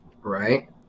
Right